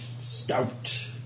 Stout